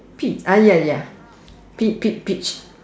peach ah ya ya pe~ pe~ peach